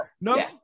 no